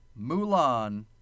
Mulan